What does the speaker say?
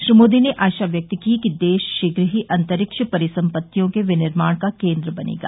श्री मोदी ने आशा व्यक्त की कि देश शीघ्र ही अंतरिक्ष परिसम्पत्तियों के विनिर्माण का केन्द्र बनेगा